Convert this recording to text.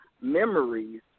Memories